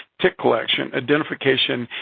tick collection, identification,